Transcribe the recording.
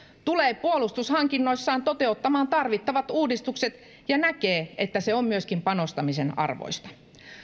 tulee puolustushankinnoissaan toteuttamaan tarvittavat uudistukset ja näkee että se on myöskin panostamisen arvoista